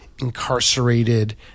incarcerated